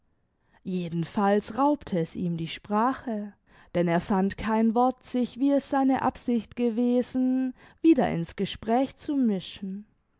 jedenfalls raubte es ihm die sprache denn er fand kein wort sich wie es seine absicht gewesen wieder in's gespräch zu mischen